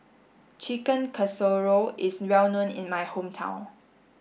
Chicken Casserole is well known in my hometown